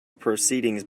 proceedings